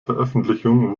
veröffentlichung